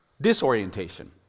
Disorientation